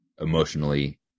emotionally